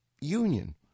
union